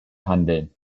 handeln